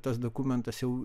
tas dokumentas jau